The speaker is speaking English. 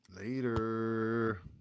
Later